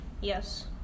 Yes